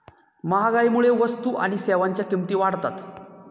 महागाईमुळे वस्तू आणि सेवांच्या किमती वाढतात